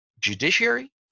judiciary